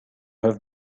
have